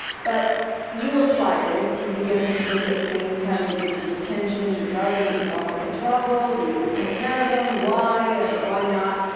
but you apply this. you begin to look at things having to do with your tensions. your brother, who's fallen in trouble, do you take care of him? why or why not?